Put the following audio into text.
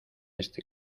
este